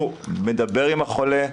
הוא מדבר עם החולה,